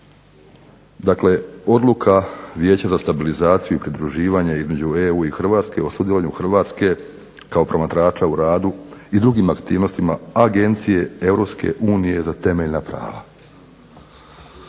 Dakle, Odluka Vijeća za stabilizaciju i pridruživanje između EU i Hrvatske o sudjelovanju Hrvatske kao promatrača u radu i drugim aktivnostima Agencije Europske unije za temeljna prava.